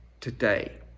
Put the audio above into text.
today